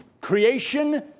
creation